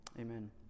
Amen